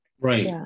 Right